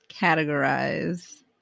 categorize